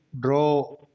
draw